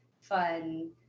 fun